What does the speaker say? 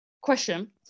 Question